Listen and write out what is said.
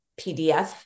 PDF